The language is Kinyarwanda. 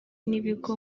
n’ibigo